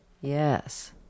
Yes